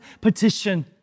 petition